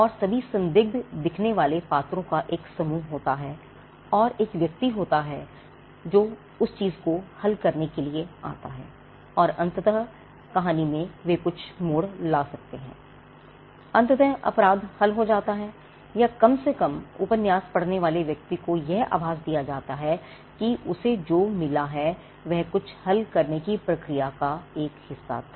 और सभी संदिग्ध दिखने वाले पात्रों का एक समूह होता है और एक व्यक्ति होता है उस चीज़ को हल करने के लिए आता है और अंततः वे कहानी में कुछ मोड़ ला सकते हैं अंततः अपराध हल हो जाता है या कम से कम उपन्यास पढ़ने वाले व्यक्ति को यह आभास दिया जाता है कि उसे जो मिला है वह कुछ हल करने की प्रक्रिया का एक हिस्सा था